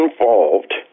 involved